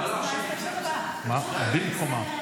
--- טוב, בקיצור.